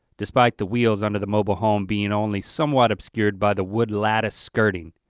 despite the wheels under the mobile home being only somewhat obscured by the wood lattice skirting.